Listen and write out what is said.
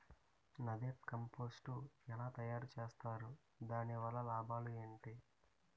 NADEP compost ఎలా తయారు చేస్తారు? దాని వల్ల లాభాలు ఏంటి?